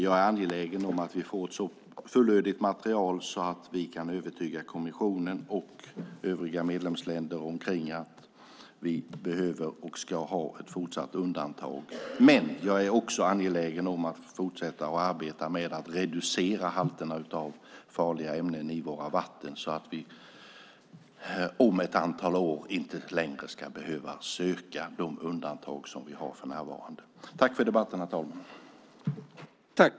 Jag är angelägen om att vi får ett så fullödigt material att vi kan övertyga kommissionen och övriga medlemsländer om att vi behöver och ska ha ett fortsatt undantag. Men jag är också angelägen om att fortsätta att arbeta med att reducera halterna av farliga ämnen i våra vatten så att vi om ett antal år inte längre ska behöva söka de undantag som vi har för närvarande.